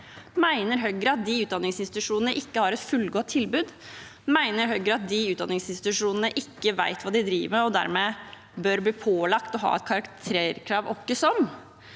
Mener Høyre at de utdanningsinstitusjonene ikke har et fullgodt tilbud? Mener Høyre at de utdanningsinstitusjonene ikke vet hva de driver med, og dermed bør bli pålagt å ha et karakterkrav uansett?